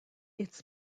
its